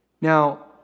Now